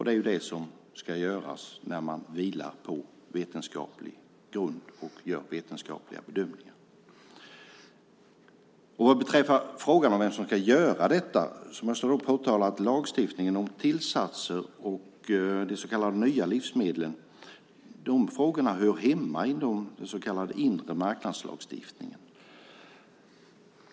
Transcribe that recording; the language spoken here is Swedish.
Det är så det ska göras när man gör vetenskapliga bedömningar. De ska vila på vetenskaplig grund. Vad beträffar frågan om vem som ska göra detta måste jag påtala att lagstiftningen om tillsatser och de så kallade nya livsmedlen hör hemma i den så kallade inremarknadslagstiftningen.